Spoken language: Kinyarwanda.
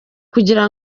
kugira